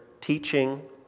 teaching